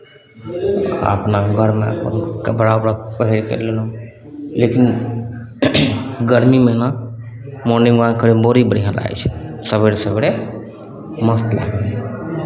आ अपना घरमे कपड़ा उपड़ा पहीर तहीर लेलहुँ लेकिन गर्मी महिना मॉर्निंग वाक करयमे बड़ी बढ़िआँ लागै छै सवेरे सवेरे मस्त लागै छै